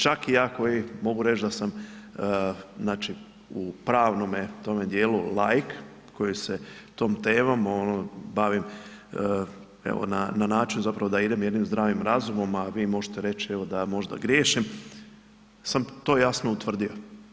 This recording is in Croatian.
Čak i ako, mogu reći da sam u pravnome tome dijelu laik, koji se tom temom bavi evo na način da idem jednim zdravim razumom, a vi možete reći, evo da možda griješim, sam to jasno utvrdio.